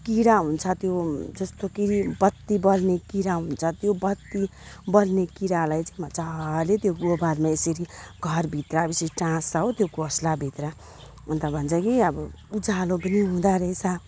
किरा हुन्छ त्यो जस्तो कि बत्ती बल्ने किरा हुन्छ त्यो बत्ती बल्ने किरालाई चाहिँ मजाले त्यो गोबरमा यसरी घरभित्र यसरी टाँस्छ हो त्यो घोसलाभित्र अनि त भन्छ कि अब उज्यालो पनि हुँदारहेछ